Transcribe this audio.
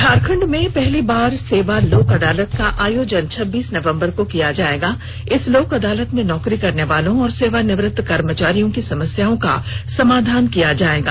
झारखंड में पहली बार सेवा लोक अदालत का का आयोजन छब्बीस नवंबर को किया जाएगा इस लोक अदालत में नौकरी करने वालों और सेवानिवृत्त कर्मचारियों की समस्याओं का समाधान किया जाएगा